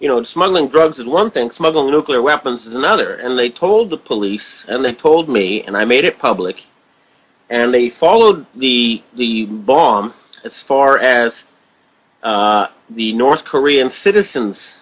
you know smuggling drugs is one thing smuggling nuclear weapons is another and they told the police and they told me and i made it public and they followed the the bomb as far as the north korean citizens